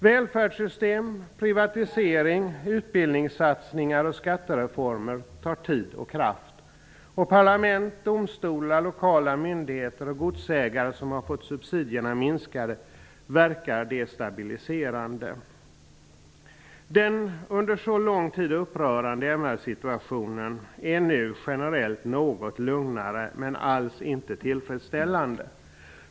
Välfärdssystem, privatisering, utbildningssatsningar och skattereformer tar tid och kraft. Parlament, domstolar, lokala myndigheter och godsägare som har fått subsidierna minskade verkar destabiliserande. Den under så lång tid upprörande MR-situationen är nu generellt något lugnare men alls inte tillfredsställande.